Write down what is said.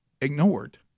ignored